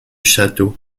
château